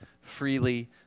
freely